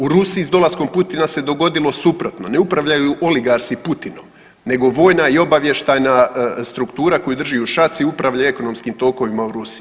U Rusiji s dolaskom Putina se dogodilo suprotno, ne upravljaju oligarsi Putinom nego vojna i obavještajna struktura koju drži u šaci upravlja ekonomskim tokovima u Rusiji.